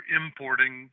importing